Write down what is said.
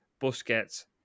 Busquets